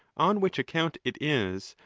on which account it is,